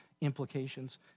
implications